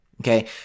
Okay